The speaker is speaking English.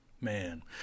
Man